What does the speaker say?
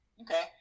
Okay